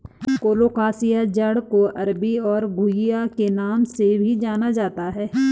colocasia जड़ को अरबी और घुइआ के नाम से भी जाना जाता है